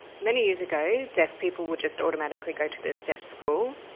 many years ago, deaf people would just automatically go to the deaf school,